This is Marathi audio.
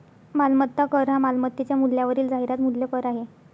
मालमत्ता कर हा मालमत्तेच्या मूल्यावरील जाहिरात मूल्य कर आहे